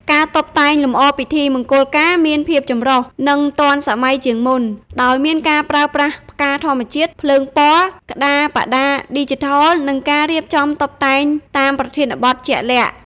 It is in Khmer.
ការតុបតែងលម្អពិធីមង្គលការមានភាពចម្រុះ និងទាន់សម័យជាងមុន ដោយមានការប្រើប្រាស់ផ្កាធម្មជាតិ ភ្លើងពណ៌ ក្តារបដាឌីជីថល និងការរៀបចំតុបតែងតាមប្រធានបទជាក់លាក់ ។